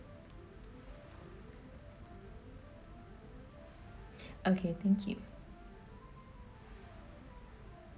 okay thank you